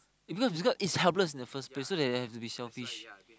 it's because because it's helpless in the first place so they they have to be selfish